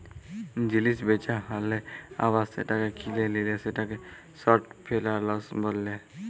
জিলিস বেচা হ্যালে আবার সেটাকে কিলে লিলে সেটাকে শর্ট ফেলালস বিলে